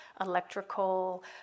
electrical